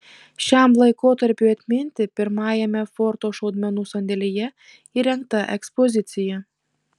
šiam laikotarpiui atminti pirmajame forto šaudmenų sandėlyje įrengta ekspozicija